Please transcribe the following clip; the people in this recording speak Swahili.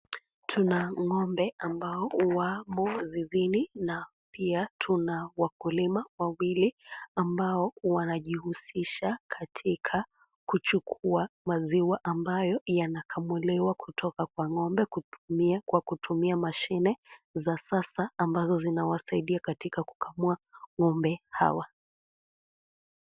Tuna ng'ombe ambao wamo zizini na pia tuna wakulima wawili ambao wanajihusisha katika kuchukua maziwa ambayo yanakamuliwa kutoka kwa ng'ombe kwa kutumia mashine za sasa ambazo zinawasaidia katika kukamua ng'ombe hawa.